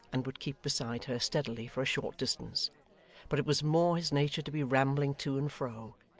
and would keep beside her steadily for a short distance but it was more his nature to be rambling to and fro,